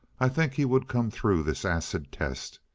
i think he would come through this acid test.